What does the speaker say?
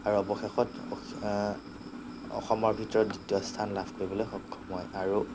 আৰু অৱশেষত অসী অসমৰ ভিতৰত দ্বিতীয় স্থান লাভ কৰিবলৈ সক্ষম হয় আৰু